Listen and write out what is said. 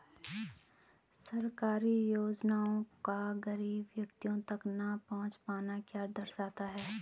सरकारी योजनाओं का गरीब व्यक्तियों तक न पहुँच पाना क्या दर्शाता है?